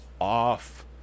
off